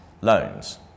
loans